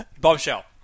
Bombshell